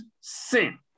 sin